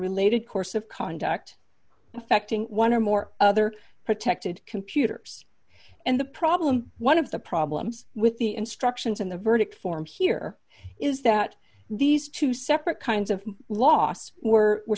related course of conduct affecting one or more other protected computers and the problem one of the problems with the instructions in the verdict form here is that these two separate kinds of lost or were